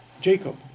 Jacob